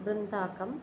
वृन्ताकम्